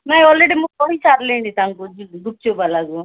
ନାହିଁ ଅଲ୍ରେଡ଼ି ମୁଁ କହିସାରିଲିଣି ତାଙ୍କୁ ଗୁପ୍ଚୁପ୍ ବାଲାକୁ